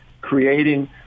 creating